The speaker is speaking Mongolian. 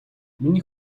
миний